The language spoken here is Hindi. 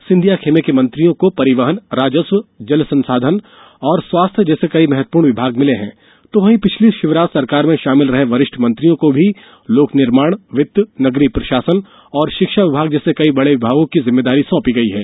सिंधिया खेमें के मंत्रियों को परिवहन राजस्व जल संसाधन और स्वास्थ जैसे कई महत्वपूर्ण विभाग मिले हैं तो वहीं पिछली शिवराज सरकार में शामिल रहे वरिष्ठ मंत्रियों को भी लोक निर्माण वित्त नगरीय प्रशासन और शिक्षा विभाग जैसे कई बड़े विभागों की जिम्मेदारी दी गई है